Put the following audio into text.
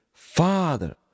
father